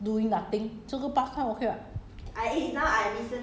you know rather than err you waste your time away